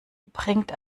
bringt